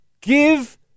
Give